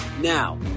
Now